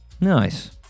Nice